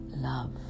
love